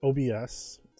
OBS